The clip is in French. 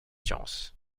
sciences